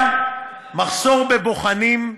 יש מחסור בבוחנים,